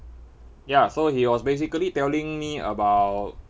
ya so he was basically telling me about